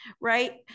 right